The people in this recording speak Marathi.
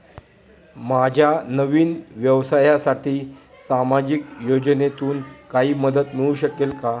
माझ्या नवीन व्यवसायासाठी सामाजिक योजनेतून काही मदत मिळू शकेल का?